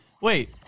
Wait